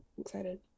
excited